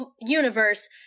universe